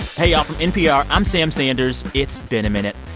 hey, y'all. from npr, i'm sam sanders it's been a minute.